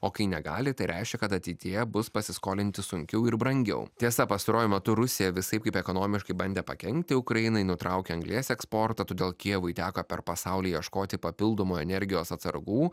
o kai negali tai reiškia kad ateityje bus pasiskolinti sunkiau ir brangiau tiesa pastaruoju metu rusija visaip kaip ekonomiškai bandė pakenkti ukrainai nutraukė anglies eksportą todėl kijevui teko per pasaulį ieškoti papildomų energijos atsargų